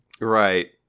Right